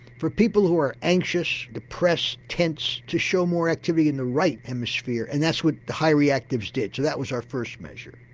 for people who are anxious, depressed, tense to show more activity in the right hemisphere and that's what the high reactives did. so that was our first measure.